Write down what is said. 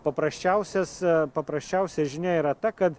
paprasčiausias paprasčiausia žinia yra ta kad